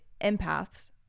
empaths